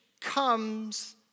comes